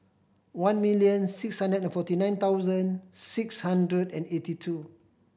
one million six hundred and forty nine thousand six hundred and eighty two